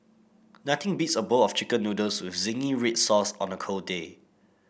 nothing beats a bowl of chicken noodles with zingy red sauce on a cold day